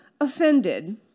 offended